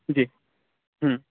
जी हँ